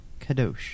Kadosh